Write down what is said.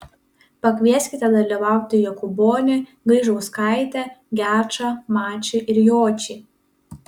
pakvieskite dalyvauti jokūbonį gaižauskaitę gečą mačį ir jočį